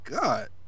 God